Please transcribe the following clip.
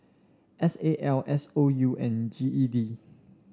S A L S O U and G E D